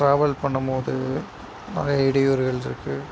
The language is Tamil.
ட்ராவல் பண்ணும்போது நிறைய இடையூறுகள் இருக்குது